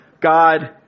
God